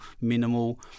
minimal